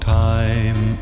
time